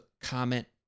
comment